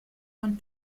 von